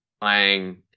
playing